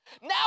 Now